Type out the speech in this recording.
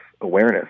awareness